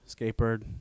Skateboard